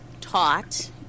taught